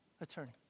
attorney